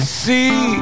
see